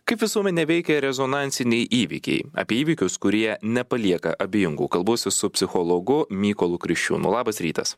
kaip visuomenę veikia rezonansiniai įvykiai apie įvykius kurie nepalieka abejingų kalbuosi su psichologu mykolu kriščiūnu labas rytas